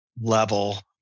level